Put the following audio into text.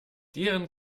deren